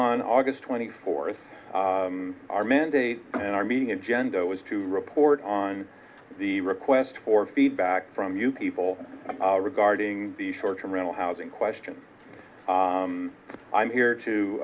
on august twenty fourth our mandate and our meeting agenda was to report on the request for feedback from you people regarding the short term rental housing question i'm here to